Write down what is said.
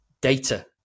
data